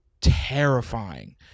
terrifying